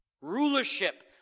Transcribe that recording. Rulership